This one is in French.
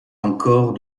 encore